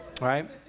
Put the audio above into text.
right